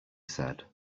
said